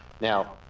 now